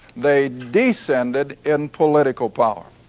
they descended in political power.